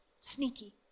sneaky